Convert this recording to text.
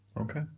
Okay